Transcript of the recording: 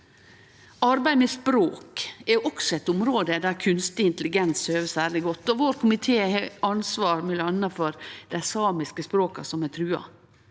Arbeidet med språk er også eit område der kunstig intelligens høver særleg godt. Vår komité har ansvar m.a. for dei samiske språka som er trua.